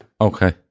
Okay